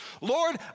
Lord